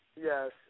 Yes